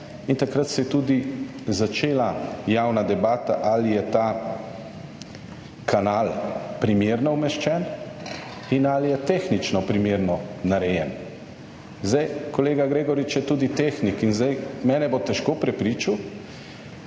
Takrat se je tudi začela javna debata, ali je ta kanal primerno umeščen in ali je tehnično primerno narejen. Zdaj kolega Gregorič je tudi tehnik in zdaj mene bo težko prepričal,